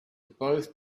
both